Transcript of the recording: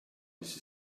this